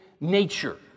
nature